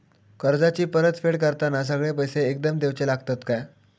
कर्जाची परत फेड करताना सगळे पैसे एकदम देवचे लागतत काय?